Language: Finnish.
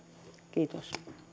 kiitos